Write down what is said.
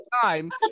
time